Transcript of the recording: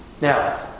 Now